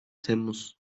temmuz